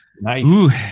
Nice